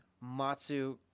Matsu